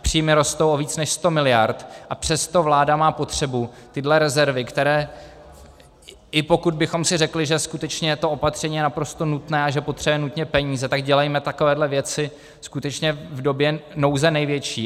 Příjmy rostou o více než 100 mld., a přesto vláda má potřebu tyhle rezervy, které, i pokud bychom si řekli, že skutečně je to opatření naprosto nutné a že potřebuje nutně peníze, tak dělejme takovéhle věci skutečně v době nouze největší.